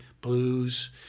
blues